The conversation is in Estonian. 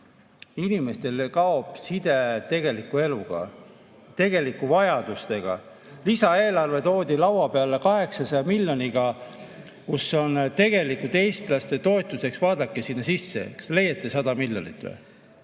Inimestel kaob side tegeliku eluga, tegelike vajadustega. Lisaeelarve toodi laua peale, 800 miljonit, kus on tegelikult eestlaste toetuseks ... Vaadake sinna sisse, kas leiate 100 miljonit. Nii